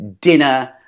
dinner